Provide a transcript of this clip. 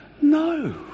No